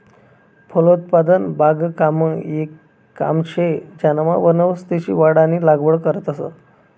फलोत्पादन बागकामनं येक काम शे ज्यानामा वनस्पतीसनी वाढ आणि लागवड करतंस